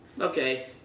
Okay